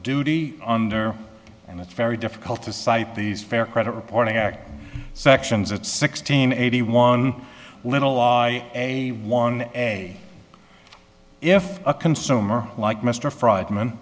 duty under and it's very difficult to cite these fair credit reporting act sections at sixteen eighty one little lie a one a if a consumer like mr freidman